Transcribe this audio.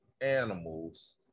animals